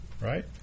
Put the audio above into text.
right